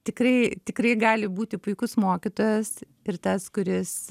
tikrai tikrai gali būti puikus mokytojas ir tas kuris